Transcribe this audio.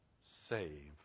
save